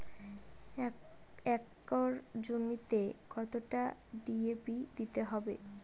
এক একর জমিতে কতটা ডি.এ.পি দিতে হবে?